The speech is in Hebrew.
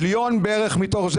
בערך מיליון מתוך זה,